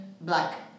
Black